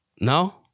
No